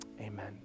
Amen